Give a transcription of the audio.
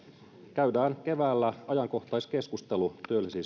käydään keväällä ajankohtaiskeskustelu